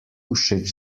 všeč